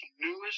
newest